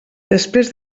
després